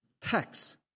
tax